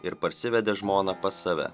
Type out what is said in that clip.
ir parsivedė žmoną pas save